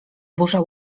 burza